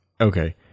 Okay